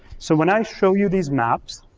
so when i show you these maps,